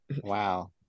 Wow